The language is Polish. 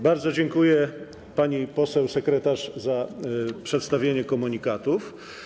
Bardzo dziękuję pani poseł sekretarz za przedstawienie komunikatów.